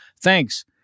Thanks